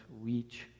reach